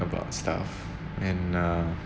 about stuff and uh